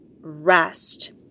rest